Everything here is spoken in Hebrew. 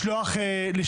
לשלוח.